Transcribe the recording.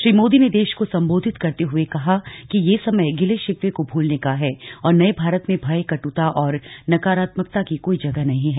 श्री मोदी ने देश को संबोधित करते हुए कहा कि यह समय गिले शिकवे को भूलने का है और नए भारत में भय कटुता और नकारात्मकता की कोई जगह नहीं है